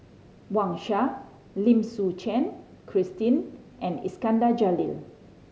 Wang Sha Lim Suchen Christine and Iskandar Jalil